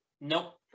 Nope